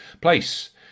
Place